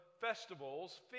festivals